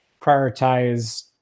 prioritize